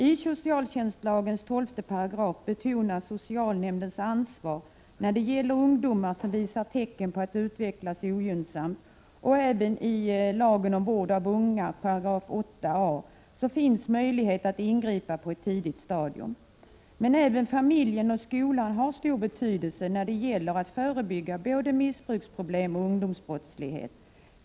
I socialtjänstlagens 12 § betonas socialnämndens ansvar i fråga om ungdomar som visar tecken på att utvecklas i ogynnsam riktning. Även enligt 8a § lagen om vård av unga finns möjlighet att ingripa på ett tidigt stadium. Men även familjen och skolan har stor betydelse när det gäller att förebygga både missbruksproblem och ungdomsbrottslighet.